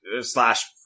slash